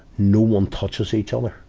no one touches each other